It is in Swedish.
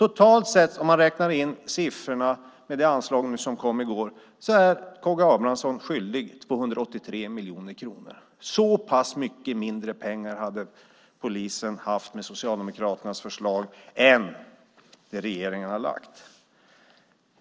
Om man räknar med det anslag som kom i går är K G Abramsson totalt sett skyldig 283 miljoner kronor. Så mycket mindre pengar skulle polisen ha haft med Socialdemokraternas förslag jämfört med det som regeringen anslagit.